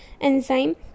enzyme